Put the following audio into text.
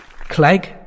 Clegg